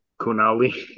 Kunali